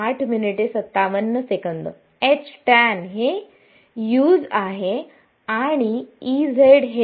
H टॅन हे u's आहे आणि E z हे